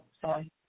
sorry